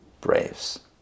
Braves